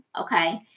okay